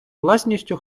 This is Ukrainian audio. власністю